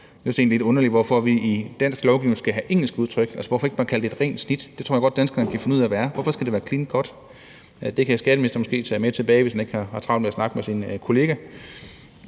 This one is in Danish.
det er lidt underligt, hvorfor vi i dansk lovgivning skal have engelske udtryk. Hvorfor ikke bare kalde det et rent snit? Det tror jeg godt at danskerne kan finde ud af hvad er. Hvorfor skal der være et clean cut? Det kan skatteministeren måske tage med tilbage – hvis han ikke har travlt med at snakke med sin kollega.